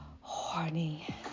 horny